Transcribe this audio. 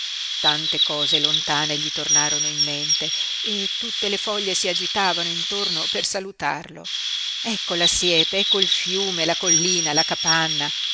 tante cose lontane gli tornarono in mente e tutte le foglie si agitavano intorno per salutarlo ecco la siepe ecco il fiume la collina la capanna